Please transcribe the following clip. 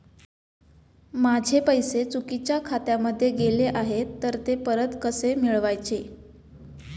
माझे पैसे चुकीच्या खात्यामध्ये गेले आहेत तर ते परत कसे मिळवायचे?